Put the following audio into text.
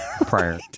prior